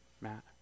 Matt